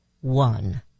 one